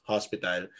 Hospital